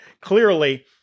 clearly